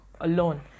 alone